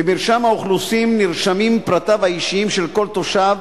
במרשם האוכלוסין נרשמים פרטיו האישיים של כל תושב,